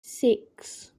six